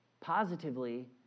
positively